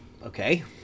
Okay